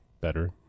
better